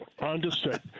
Understood